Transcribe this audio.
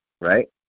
right